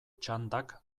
txandak